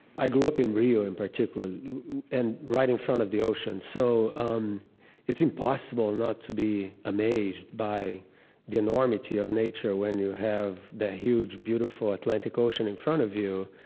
i grew up in rio in particular and right in front of the ocean. so um it's impossible not to be amazed by the enormity of nature when you have that huge, beautiful atlantic ocean in front of you.